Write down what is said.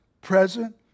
present